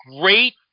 great